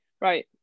right